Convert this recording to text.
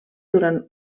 durant